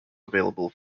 available